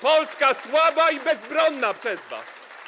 Polska słaba i bezbronna przez was.